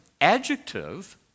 adjective